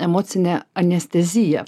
emocinė anestezija